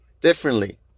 differently